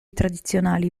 tradizionali